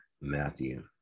Matthew